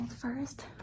first